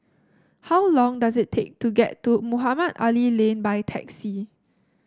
how long does it take to get to Mohamed Ali Lane by taxi